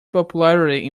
popularity